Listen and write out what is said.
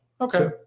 okay